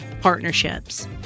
partnerships